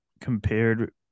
compared